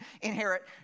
inherit